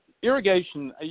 Irrigation